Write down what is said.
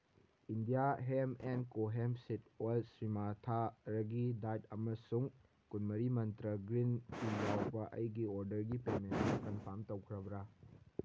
India hemp and co hemp seed oil ꯁ꯭ꯔꯤꯃꯥꯊꯥ ꯔꯒꯤ diet ꯑꯃꯁꯨꯡ ꯀꯨꯟꯃꯔꯤ ꯃꯟꯇ꯭ꯔꯥ ꯒ꯭ꯔꯤꯟ ꯇꯤ ꯌꯥꯎꯕ ꯑꯩꯒꯤ ꯑꯣꯔꯗꯔꯒꯤ ꯄꯦꯃꯦꯟꯗꯨ ꯀꯟꯐꯥꯝ ꯇꯧꯈ꯭ꯔꯕ꯭ꯔꯥ